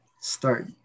start